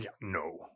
No